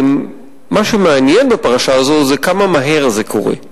ומה שמעניין בפרשה הזו זה כמה מהר זה קורה,